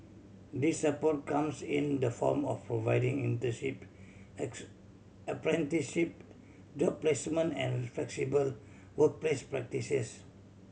this support comes in the form of providing internship apprenticeship job placements and flexible workplace practices